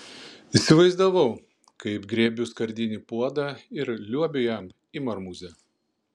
įsivaizdavau kaip griebiu skardinį puodą ir liuobiu jam į marmūzę